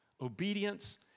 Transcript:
obedience